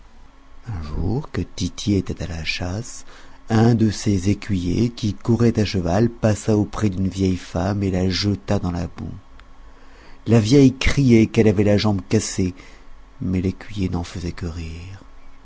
un jour que tity était à la chasse un des écuyers qui courait à cheval passa auprès d'une vieille femme et la jeta dans la boue la vieille criait qu'elle avait la jambe cassée mais l'écuyer n'en faisait que rire